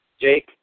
Jake